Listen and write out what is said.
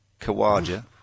Kawaja